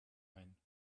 ein